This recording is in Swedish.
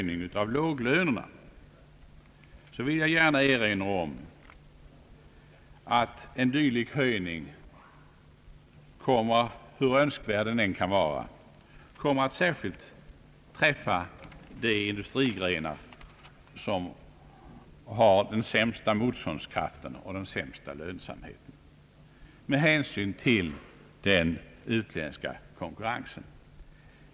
ning av låglönerna vill jag gärna erinra om att en dylik höjning, hur önskvärd den än kan vara, kommer att särskilt hårt träffa de industrigrenar som har den sämsta motståndskraften och den sämsta lönsamheten med hänsyn till den utländska konkurrensen.